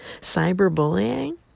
Cyberbullying